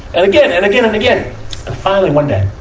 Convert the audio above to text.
and again and again and again finally, one day, ah,